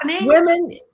women